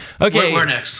Okay